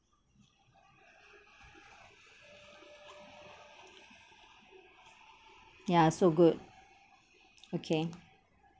yeah so good okay